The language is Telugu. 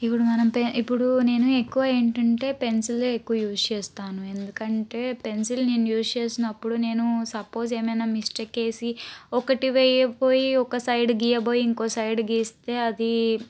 ఇపుడు మనం ఇప్పుడు నేను ఎక్కువ ఏంటంటే పెన్సిలే ఎక్కువ యూజ్ చేస్తాను ఎందుకంటే పెన్సిల్ నేను యూజ్ చేసినప్పుడు నేను సప్పోజ్ ఏమైనా మిస్టేక్ వేసి ఒకటి వేయపోయి ఒక సైడ్ గియ్యబోయ్ ఇంకో సైడ్ గీస్తే అది